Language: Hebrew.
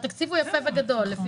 והתקציב הוא יפה וגדול.